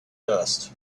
dust